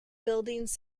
buildings